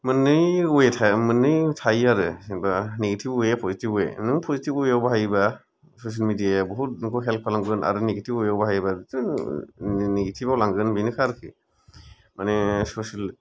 मोननै अवे थाया मोननै थायो आरो जेनोबा निगिटिभ अवे पजिटिभ अवे नों पजिटिभ अवे आव बाहायोबा ससेल मिडिया या बहुथ नोंखौ हेल्प खालामगोन आरो निगेटिभ अवे आव बाहायोबा जों निगेटिभ आव लांगोन माने बेनोखा आरोखि माने ससेल